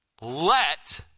let